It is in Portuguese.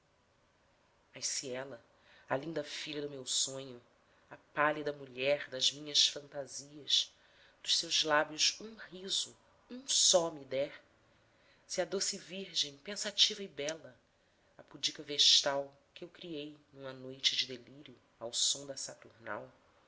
mas se ela a linda filha do meu sonho a pálida mulher das minhas fantasias dos seus lábios um riso um só me der se a doce virgem pensativa e bela a pudica vestal que eu criei numa noite de delírio ao som da